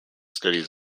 studies